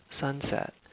sunset